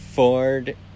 Ford